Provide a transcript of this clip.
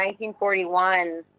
1941